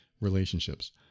relationships